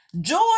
Joy